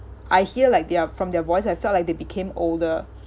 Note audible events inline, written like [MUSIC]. I hear like their from their voice I felt like they became older [BREATH]